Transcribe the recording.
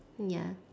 ya